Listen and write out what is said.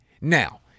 Now